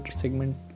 segment